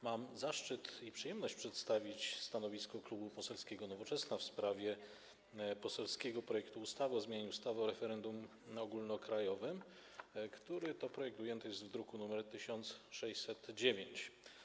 Mam zaszczyt i przyjemność przedstawić stanowisko Klubu Poselskiego Nowoczesna w sprawie poselskiego projektu ustawy o zmianie ustawy o referendum ogólnokrajowym, który to projekt ujęty jest w druku nr 1609.